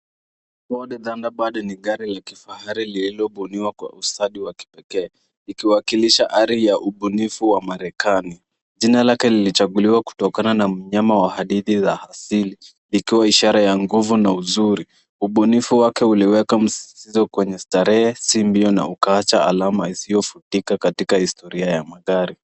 Wode Thunderbird ni gari la kifahari lililobuniwa kwa ustadi wa kipekee, ikiwakilisha ari ya ubunifu wa Marekani. Jina lake lilichaguliwa kutokana na mnyama wa hadithi ya asili ikiwa ishara ya nguvu na uzuri. Ubunifu wake uliweka msisitizo kwenye starehe na ikaacha alama isiofutika katika historia ya magari.